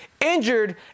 injured